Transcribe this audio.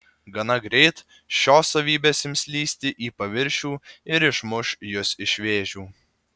gana greit šios savybės ims lįsti į paviršių ir išmuš jus iš vėžių